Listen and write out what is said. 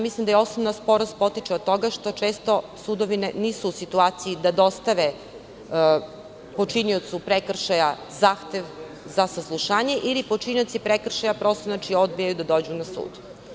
Mislim da osnovna sporost potičeod toga što sudovi često nisu u situaciji da dostave počiniocu prekršaja zahtev za saslušanje ili počinioci prekršaja odbijaju da dođu na sud.